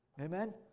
Amen